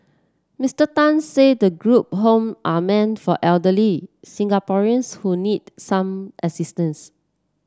Mister Tan said the group home are meant for elderly Singaporeans who need some assistance